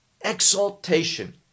exaltation